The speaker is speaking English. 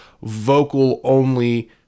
vocal-only